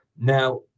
Now